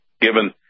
given